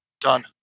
Done